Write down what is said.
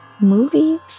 movies